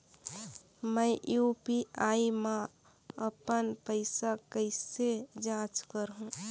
मैं यू.पी.आई मा अपन पइसा कइसे जांच करहु?